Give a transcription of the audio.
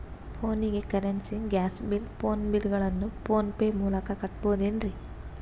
ಫೋನಿಗೆ currency, gas bill, phone bill ಗಳನ್ನು PhonePe ಮೂಲಕ ಕಟ್ಟಬಹುದೇನ್ರಿ?